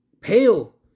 pale